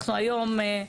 אנחנו היום,